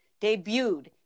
debuted